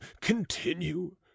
continue